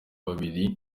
babiri